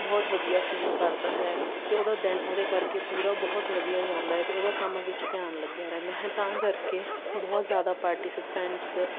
ਬਹੁਤ ਵਧੀਆ ਫੀਲ ਕਰਦਾ ਹੈ ਤੇ ਉਹਦਾ ਦਿਨ ਉਹਦੇ ਕਰਕੇ ਪੂਰਾ ਬਹੁਤ ਵਧੀਆ ਜਾਂਦਾ ਤੇ ਉਹਦਾ ਕੰਮ ਵਿੱਚ ਧਿਆਨ ਲੱਗਿਆ ਰਹਿੰਦਾ ਹੈ ਤਾਂ ਕਰਕੇ ਬਹੁਤ ਜ਼ਿਆਦਾ ਪਾਰਟੀਸੀਪੈਂਟਸ